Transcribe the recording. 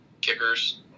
kickers